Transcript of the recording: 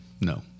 no